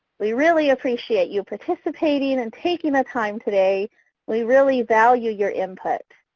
we really appreciate you participating and taking the time today we really value your input.